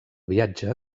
viatge